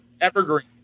Evergreen